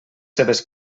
seves